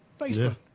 Facebook